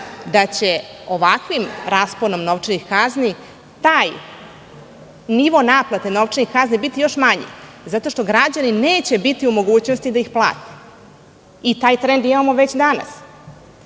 da će ovakvim rasponom novčanih kazni taj nivo naplate novčanih kazni biti još manji, zato što građani neće biti u mogućnosti da ih plate i taj trend imamo već